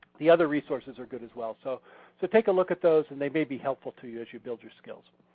the other resources are good as well. so so take a look at those and they may be helpful to you as you build your skills.